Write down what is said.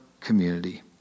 community